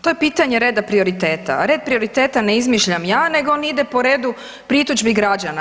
To je pitanje reda prioriteta, a red prioriteta ne izmišljam ja nego on ide po redu pritužbi građana.